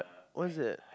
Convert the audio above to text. what is that